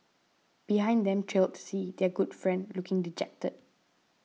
behind them trailed C their good friend looking dejected